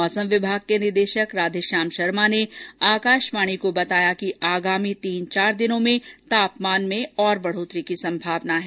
मौसम विभाग के निदेशक राधेश्याम शर्मा ने आकाशवाणी को बताया कि अगले तीन चार दिन में तापमान और बढ़ने की संभावना है